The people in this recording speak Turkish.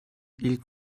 ilk